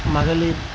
மகளிர்